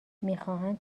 میخواهند